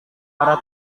arah